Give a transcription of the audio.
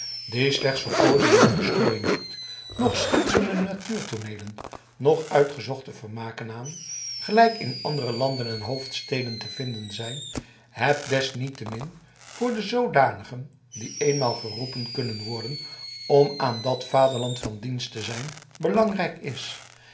die slechts verpoozing en verstrooiing zoekt noch schitterende natuurtooneelen noch uitgezochte vermaken aan gelijk in andere landen en hoofdsteden te vinden zijn het desniettemin voor de zoodanigen die eenmaal geroepen kunnen worden om aan dat vaderland van dienst te zijn belangrijk is